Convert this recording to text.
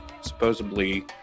supposedly